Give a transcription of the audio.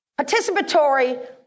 Participatory